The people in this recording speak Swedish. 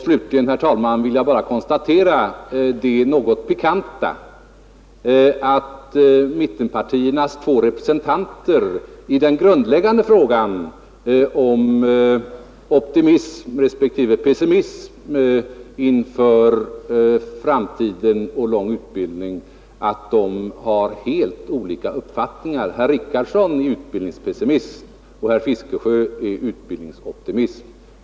Slutligen, herr talman, vill jag bara konstatera det något pikanta att mittenpartiernas två representanter i den grundläggande frågan om optimism respektive pessimism inför framtiden och lång utbildning har helt olika uppfattningar. Herr Richardson är utbildningspessimist och herr Fiskesjö är utbildningsoptimist.